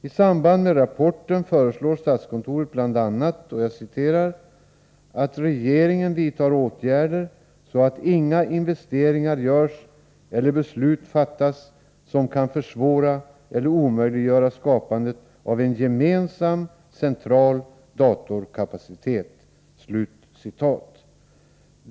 I samband med rapporten föreslår statskontoret bl.a. ”att regeringen vidtar åtgärder så att inga investeringar görs eller beslut fattas som kan försvåra eller omöjliggöra skapandet av en gemensam central datorkapacitet”.